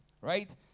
right